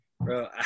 bro –